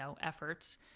efforts